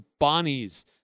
Bonnies